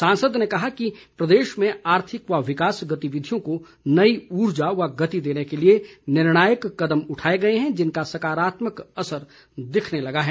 सांसद ने कहा कि प्रदेश में आर्थिक व विकास गतिविधियों को नई ऊर्जा व गति देने के लिए निर्णायक कदम उठाए गए हैं जिनका सकारात्मक असर दिखने लगा है